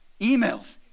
emails